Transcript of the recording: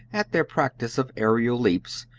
at their practice of aerial leaps,